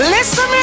Listen